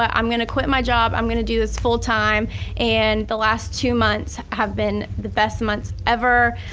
um i'm gonna quit my job, i'm gonna do this full time and the last two months have been the best months ever.